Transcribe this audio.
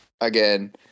again